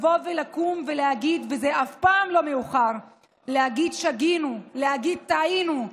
לקום, וזה אף פעם לא מאוחר, ולהגיד: שגינו, טעינו.